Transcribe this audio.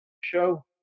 show